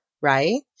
right